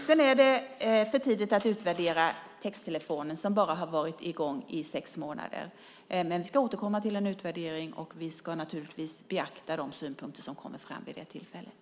Det är för tidigt att utvärdera texttelefonen som bara har varit i gång i sex månader. Vi ska återkomma till en utvärdering och naturligtvis beakta de synpunkter som kommer fram vid det tillfället.